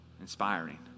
inspiring